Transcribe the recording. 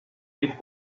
dit